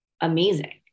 amazing